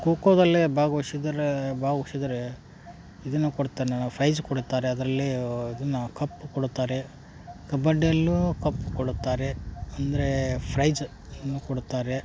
ಕೋಕೋದಲ್ಲೆ ಭಾಗ್ವಹಿಸಿದರೇ ಭಾಗ್ವಹಿಸಿದರೇ ಇದನ್ನು ಕೊಡ್ತಾನ ಫ್ರೈಜ್ ಕೊಡುತ್ತಾರೆ ಅದರಲ್ಲಿ ಇದನ್ನ ಕಪ್ ಕೊಡುತ್ತಾರೆ ಕಬಡ್ಡಿ ಅಲ್ಲೂ ಕಪ್ ಕೊಡುತ್ತಾರೆ ಅಂದರೆ ಫ್ರೈಜ್ ಅನ್ನು ಕೊಡುತ್ತಾರೆ